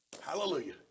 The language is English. hallelujah